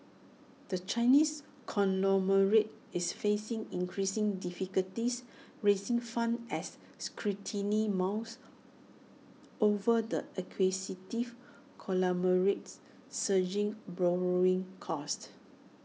the Chinese conglomerate is facing increasing difficulties raising funds as scrutiny mounts over the acquisitive conglomerate's surging borrowing costs